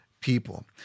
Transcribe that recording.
people